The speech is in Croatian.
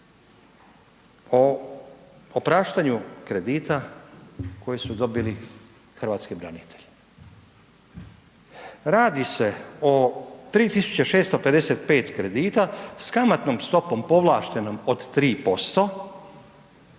o opraštanju kredita koji su dobili hrvatski branitelj, radi se o 3.656 kredita s kamatnom stopom povlaštenom od 3%